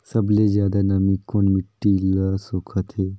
सबले ज्यादा नमी कोन मिट्टी ल सोखत हे?